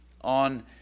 on